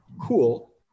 Cool